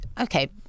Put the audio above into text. okay